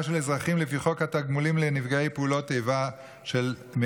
של אזרחים לפי חוק התגמולים לנפגעי פעולות איבה מ-1970,